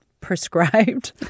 prescribed